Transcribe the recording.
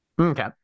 Okay